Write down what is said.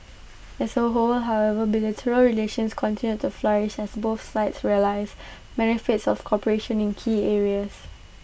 as A whole however bilateral relations continued to flourish as both sides realise benefits of cooperation in key areas